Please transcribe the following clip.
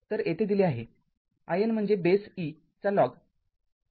तर येथे दिले आहे ln म्हणजे बेस e चा लॉग आहे